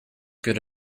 good